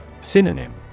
Synonym